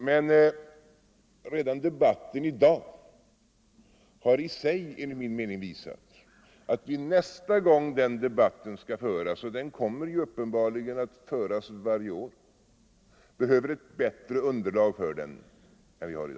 Men redan debatten i dag har i sig enligt min mening visat, att vi nästa gång den debatten skall föras — och den kommer uppenbarligen att föras varje år — behöver ett bättre underlag för den än vi nu har.